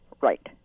right